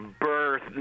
birth